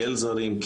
כאל זרים,